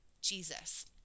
Jesus